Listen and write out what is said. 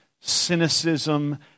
cynicism